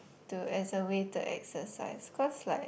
to as a way to exercise cause like